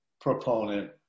proponent